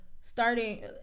starting